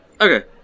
Okay